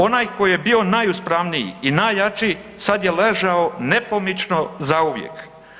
Onaj ko je bio najuspravniji i najjači sad je ležao nepomično zauvijek.